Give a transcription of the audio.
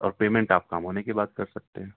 اور پیمنٹ آپ کام ہونے کے بعد کر سکتے ہیں